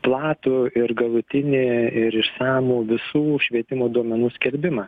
platų ir galutinį ir išsamų visų švietimo duomenų skelbimą